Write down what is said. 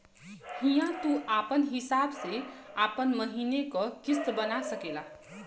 हिंया तू आपन हिसाब से आपन महीने का किस्त बना सकेल